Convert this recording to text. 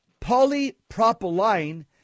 polypropylene